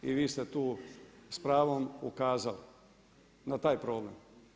I vi ste tu s pravom ukazali, na taj problem.